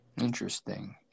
Interesting